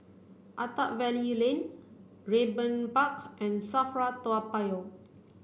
Attap Valley Lane Raeburn Park and SAFRA Toa Payoh